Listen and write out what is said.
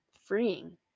freeing